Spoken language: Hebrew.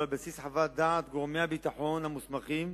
ועל בסיס חוות דעת גורמי הביטחון המוסמכים,